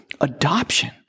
adoption